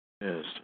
Yes